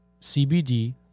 CBD